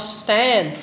stand